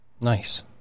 Nice